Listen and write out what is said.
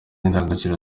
indangagaciro